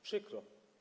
Przykro.